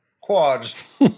Quads